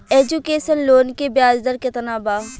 Education loan के ब्याज दर केतना बा?